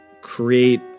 create